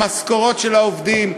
המשכורות של העובדים,